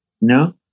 No